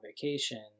vacation